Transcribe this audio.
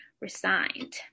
resigned